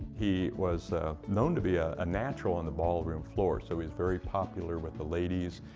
he was known to be a ah natural on the ballroom floor so he's very popular with the ladies.